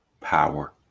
power